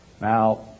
Now